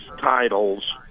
titles